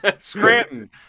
Scranton